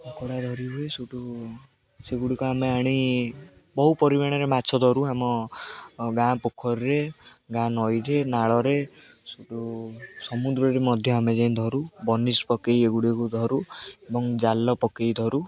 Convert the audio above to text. କଙ୍କଡ଼ା ଧରି ହୁଏ ସେଇଠୁ ସେଗୁଡ଼ିକ ଆମେ ଆଣି ବହୁ ପରିମାଣରେ ମାଛ ଧରୁ ଆମ ଗାଁ ପୋଖରୀରେ ଗାଁ ନଈରେ ନାଳରେ ସଠୁ ସମୁଦ୍ରରେ ମଧ୍ୟ ଆମେ ଯାଇ ଧରୁ ବନିସ ପକେଇ ଏଗୁଡ଼ିକୁ ଧରୁ ଏବଂ ଜାଲ ପକେଇ ଧରୁ